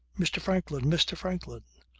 mr. franklin, mr. franklin.